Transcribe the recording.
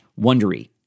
wondery